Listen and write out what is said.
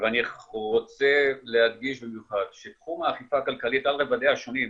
ואני רוצה להדגיש במיוחד שתחום האכיפה הכלכלית על רבדיה השונים,